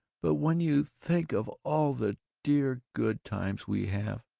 but when you think of all the dear good times we have,